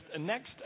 next